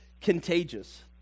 contagious